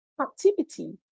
activity